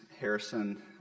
Harrison